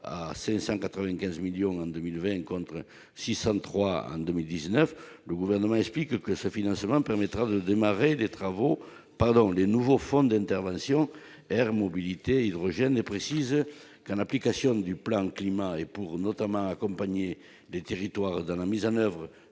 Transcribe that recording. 603 millions d'euros en 2019, le Gouvernement explique que ce financement permettra de démarrer les nouveaux fonds d'intervention- air, mobilité, hydrogène -et précise qu'en application du plan Climat, notamment pour accompagner les territoires dans la mise en oeuvre